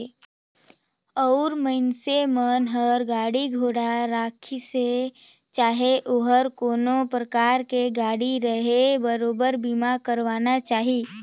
अउ मइनसे मन हर गाड़ी घोड़ा राखिसे चाहे ओहर कोनो परकार के गाड़ी रहें बरोबर बीमा करवाना चाही